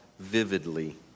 vividly